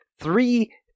three